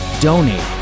donate